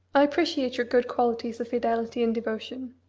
i appreciate your good qualities of fidelity and devotion.